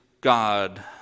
God